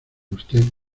usted